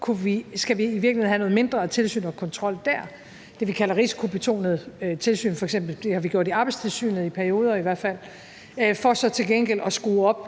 dyrt, i virkeligheden have noget mindre tilsyn og kontrol? Det er det, vi kalder risikobetonede tilsyn. Det har vi f.eks. brugt i Arbejdstilsynet, i perioder i hvert fald, for så til gengæld at skrue op